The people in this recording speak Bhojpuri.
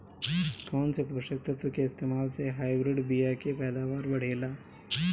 कौन से पोषक तत्व के इस्तेमाल से हाइब्रिड बीया के पैदावार बढ़ेला?